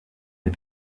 des